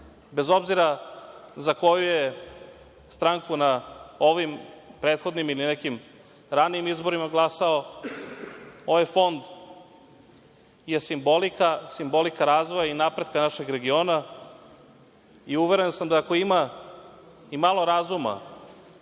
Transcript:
bez obzira za koju je stranku na ovim, prethodnim ili nekim ranijim izborima glasalo, ovaj fond je simbolika razvoja i napretka našeg regiona, i uveren sam da ako ima imalo razuma,